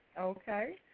Okay